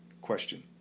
question